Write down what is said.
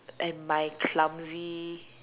and my clumsy